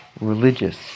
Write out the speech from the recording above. religious